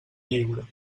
lliure